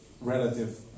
relative